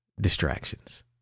distractions